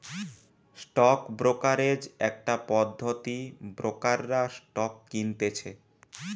stock brokerage একটা পদ্ধতি ব্রোকাররা স্টক কিনতেছে